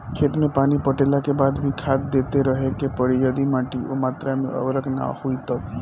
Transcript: खेत मे पानी पटैला के बाद भी खाद देते रहे के पड़ी यदि माटी ओ मात्रा मे उर्वरक ना होई तब?